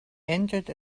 entered